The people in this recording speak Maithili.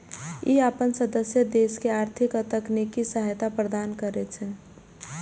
ई अपन सदस्य देश के आर्थिक आ तकनीकी सहायता प्रदान करै छै